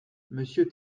monsieur